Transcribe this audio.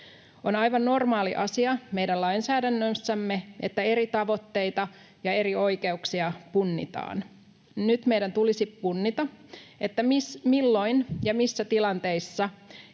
On aivan normaali asia meidän lainsäädännössämme, että eri tavoitteita ja eri oikeuksia punnitaan. Nyt meidän tulisi punnita, milloin ja missä tilanteissa